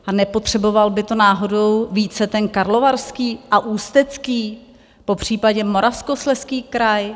A nepotřeboval by to náhodou více ten Karlovarský a Ústecký, popřípadě Moravskoslezský kraj?